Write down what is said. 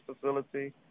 facility